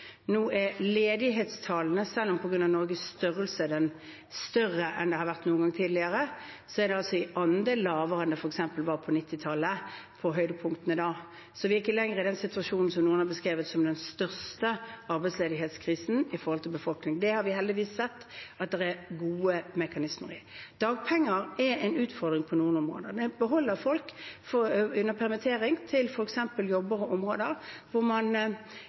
Nå er ledighetstallene, selv om de på grunn av Norges størrelse er større enn de har vært noen gang tidligere, i andel lavere enn det f.eks. var på 1990-tallet og høydepunktene da. Vi er ikke lenger i den situasjonen som noen har beskrevet som den største arbeidsledighetskrisen i forhold til befolkning. Det har vi heldigvis sett at det er gode mekanismer i. Dagpenger er en utfordring på noen områder. Det holder folk under permittering til f.eks. jobber og områder hvor man